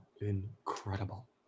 incredible